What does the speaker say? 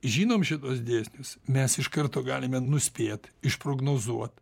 žinom šituos dėsnius mes iš karto galime nuspėt išprognozuot